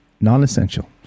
non-essential